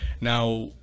Now